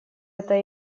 это